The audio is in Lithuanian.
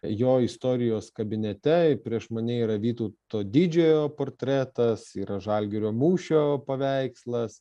jo istorijos kabinete prieš mane yra vytauto didžiojo portretas yra žalgirio mūšio paveikslas